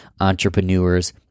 entrepreneurs